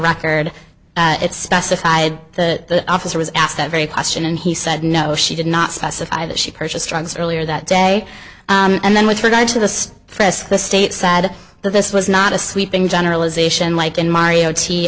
record it specified the officer was asked that very question and he said no she did not specify that she purchased drugs earlier that day and then with regard to the press the state said that this was not a sweeping generalization like in mario t